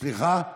סליחה.